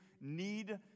need